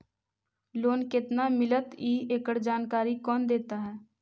Loan केत्ना मिलतई एकड़ जानकारी कौन देता है?